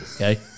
Okay